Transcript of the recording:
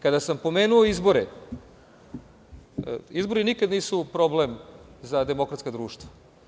Kada sam pomenuo izbore, izbori nikad nisu problem za demokratska društva.